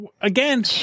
again